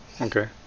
Okay